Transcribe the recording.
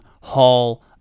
Hall